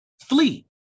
flee